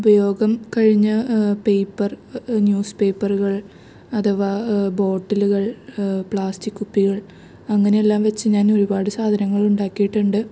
ഉപയോഗം കഴിഞ്ഞ paper news പേപ്പറുകൾ അഥവാ ബോട്ടിലുകൾ പ്ലാസ്റ്റിക് കുപ്പികൾ അങ്ങനെയെല്ലാം വച്ച് ഞാൻ ഒരുപാട് സാധനങ്ങൾ ഉണ്ടാക്കിയിട്ടുണ്ട്